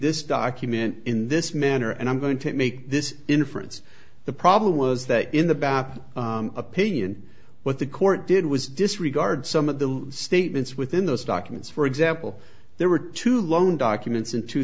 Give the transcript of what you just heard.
this document in this manner and i'm going to make this inference the problem was that in the back opinion what the court did was disregard some of the statements within those documents for example there were two long documents in two